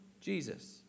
Jesus